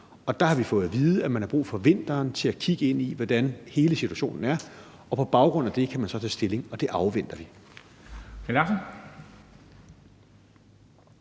og der har vi fået at vide, at man har brug for vinteren til at kigge ind i, hvordan hele situationen er, og på baggrund af det kan man så tage stilling, og det afventer vi.